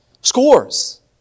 scores